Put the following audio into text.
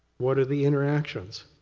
what are the interactions?